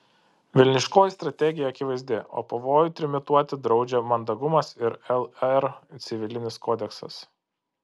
velniškoji strategija akivaizdi o pavojų trimituoti draudžia mandagumas ir lr civilinis kodeksas